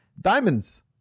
diamonds